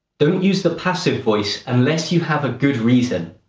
don't use the passive voice unless you have a good reason.